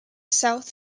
south